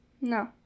No